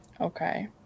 Okay